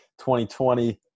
2020